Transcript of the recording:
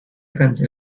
canción